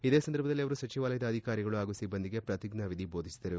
ಇದೇ ಸಂದರ್ಭದಲ್ಲಿ ಅವರು ಸಚಿವಾಲಯದ ಅಧಿಕಾರಿಗಳು ಹಾಗೂ ಸಿಬ್ಬಂದಿಗೆ ಪ್ರತಿಜ್ಞಾ ವಿಧಿ ಬೋದಿಸಿದರು